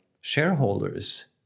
shareholders